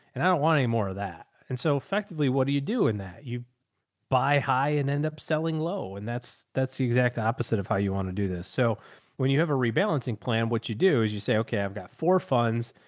and i don't want any more of that. and so effectively, what do you do in that? you buy high and end up selling low, and that's that's the exact opposite of how you want to do this. so when you have a rebalancing plan, what you do is you say, okay, i've got four funds.